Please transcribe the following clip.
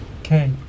Okay